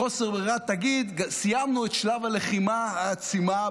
מחוסר ברירה שסיימנו את שלב הלחימה העצימה,